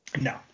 No